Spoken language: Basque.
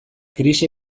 krisi